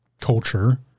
culture